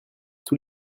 tous